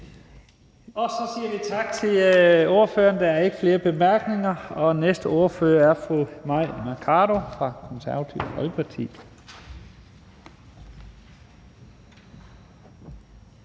Så siger vi tak til ordføreren. Der er ikke flere bemærkninger. Næste ordfører er fru Mai Mercado fra Det Konservative Folkeparti.